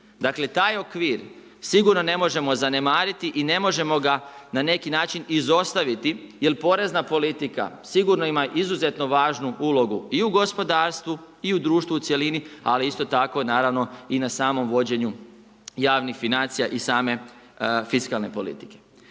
Dakle taj okvir sigurno ne možemo zanemariti i ne možemo ga na neki način izostaviti jer porezna politika sigurno ima izuzetno važnu ulogu i u gospodarstvu i u društvu u cjelini, ali isto tako naravno i na samom vođenju javnih financija i same fiskalne politike.